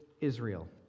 Israel